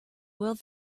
will